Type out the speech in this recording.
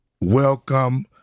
welcome